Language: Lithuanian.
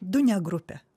du ne grupė